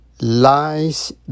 Lies